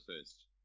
first